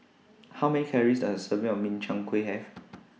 How Many Calories Does A Serving of Min Chiang Kueh Have